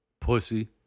Pussy